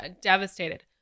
devastated